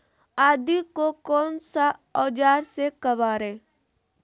आदि को कौन सा औजार से काबरे?